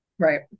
Right